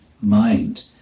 mind